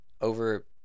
over-